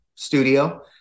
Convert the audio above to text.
studio